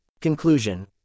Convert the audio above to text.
Conclusion